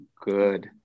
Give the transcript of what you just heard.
good